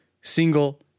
single